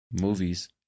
Movies